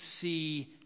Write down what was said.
see